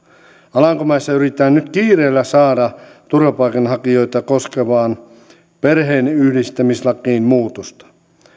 alankomaissa yritetään nyt kiireellä saada turvapaikanhakijoita koskevaan perheenyhdistämislakiin muutosta